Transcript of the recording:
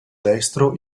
destro